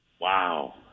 Wow